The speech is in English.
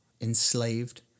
enslaved